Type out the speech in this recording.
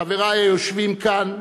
חברי היושבים כאן,